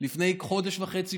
לפני כחודש וחצי,